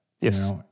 Yes